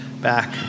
back